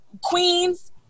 queens